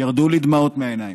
ירדו לי דמעות מהעיניים.